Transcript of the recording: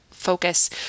Focus